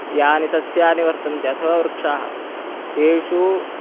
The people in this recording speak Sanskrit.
यानि सस्यानि वर्तन्ते अथवा वृक्षाः तेषु